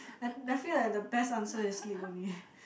I feel like the best answer is sleep only